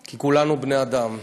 כי כולנו בני-אדם.